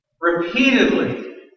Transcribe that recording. repeatedly